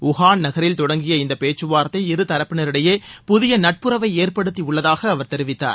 Wuhan நகரில் தொடங்கிய இந்தப் பேச்சுவார்த்தை இருதரப்பினரிடையே புதிய நட்புறவை ஏற்படுத்தியுள்ளதாக அவர் தெரிவித்தார்